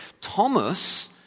Thomas